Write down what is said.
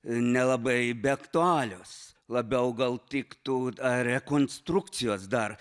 nelabai be aktualios labiau gal tiktų ar rekonstrukcijos dar